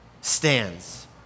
stands